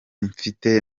mfite